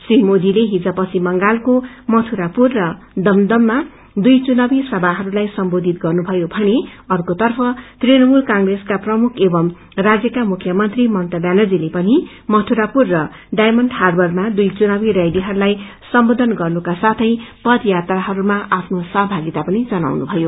श्री मोदीले हिज पश्चिम बंगालको मथुरापुर र दमदममा दुई चुनावी सभाहरूलाई सम्बोधित गर्नुभयो भने आकेतर्फ तृणमूल कंग्रेसका प्रमुख एवं राज्यका मुख्यमंत्री ममता व्यानर्जीले पनि मथुरापुरर डझयमण्ड आर्वरमा दुई चुनावी रैलीहरूलाई सम्बोधन गर्नुका साथै दुई पद यात्राहरूमा आफ्नो सहभागिता पनि जनाउनुभयो